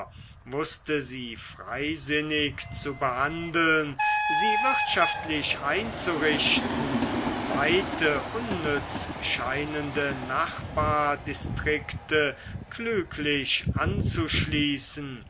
wußte sie freisinnig zu behandeln sie wirtschaftlich einzurichten weite unnütz scheinende nachbardistrikte klüglich anzuschließen